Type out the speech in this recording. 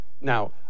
now